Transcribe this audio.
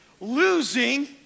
losing